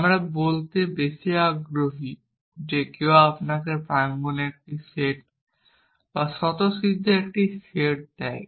আমরা বলতে বেশি আগ্রহী যে কেউ আপনাকে প্রাঙ্গণের একটি সেট বা স্বতঃসিদ্ধের একটি সেট দেয়